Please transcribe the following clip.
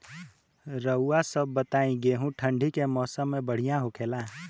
रउआ सभ बताई गेहूँ ठंडी के मौसम में बढ़ियां होखेला?